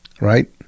Right